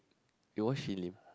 you watch Shin-Lim